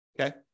Okay